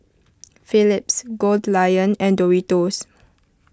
Philips Goldlion and Doritos